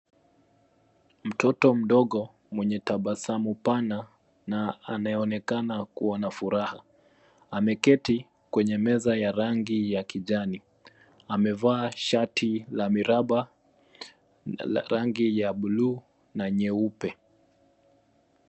Mtoto mdogo mwenye tabasamu pana na anayeonekana kuwa na furaha; ameketi kwenye meza ya rangi ya kijani. Amevaa shati la miraba, rangi ya buluu na nyeupe.